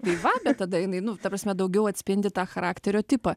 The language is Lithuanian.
tai va bet tada jinai nu ta prasme daugiau atspindi tą charakterio tipą